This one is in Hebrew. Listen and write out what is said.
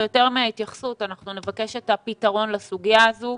ויותר מההתייחסות אנחנו נבקש את הפתרון לסוגיה הזאת.